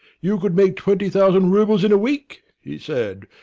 you could make twenty thousand roubles in a week, he said.